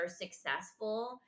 successful